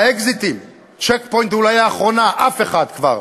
מהאקזיטים "צ'ק פוינט" אולי האחרונה, אף אחד כבר